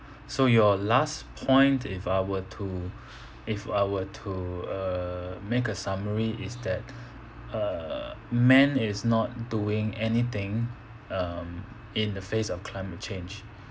so your last point if I were to if I were to err make a summary is that err man is not doing anything um in the face of climate change